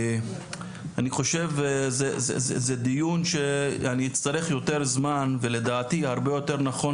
אני חושב שזה דיון שאני אצטרך יותר זמן ולדעתי הרבה יותר נכון